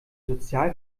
sozial